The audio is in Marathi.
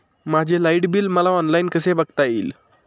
माझे लाईट बिल मला ऑनलाईन कसे बघता येईल?